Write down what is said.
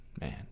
man